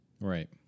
Right